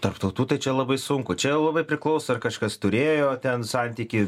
tarp tautų tai čia labai sunku čia labai priklauso ar kažkas turėjo ten santykį